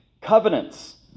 covenants